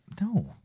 No